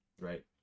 Right